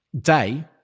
day